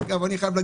בדרכים.